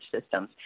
systems